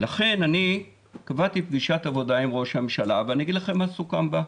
לכן אני קבעתי פגישת עבודה עם ראש הממשלה ואני אגיד לכם מה סוכם בה.